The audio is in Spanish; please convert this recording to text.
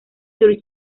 sir